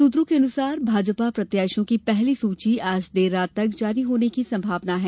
सूत्रों के मुताबिक भाजपा प्रत्याशियों की पहली सूची आज देर रात तक जारी होने की सम्भावना है